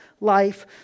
life